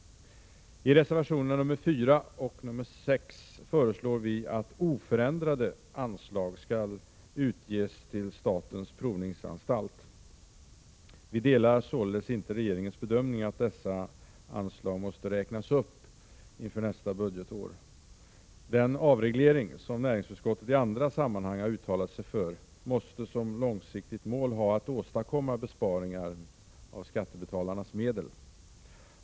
I reservationerna nr 4 och 6 föreslår vi att oförändrade anslag skall utges till statens provningsanstalt. Vi delar således inte regeringens bedömning att dessa anslag måste räknas upp inför nästa budgetår. Den avreglering som näringsutskottet i andra sammanhang har uttalat sig för, måste som långsiktigt mål ha att åstadkomma besparingar av skattebetalarnas medel.